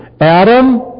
Adam